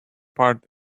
part